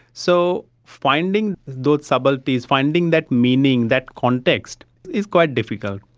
so finding those subtleties, finding that meaning, that context is quite difficult.